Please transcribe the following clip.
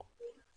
לא